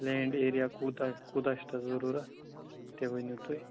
land area کوتاہ کوتاہ چھُو تَتھ ضروٗرَت تہِ ؤنِو تُہی